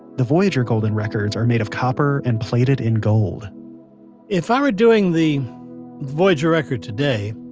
the voyager golden records are made of copper and plated in gold if i were doing the voyager record today,